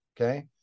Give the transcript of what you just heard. okay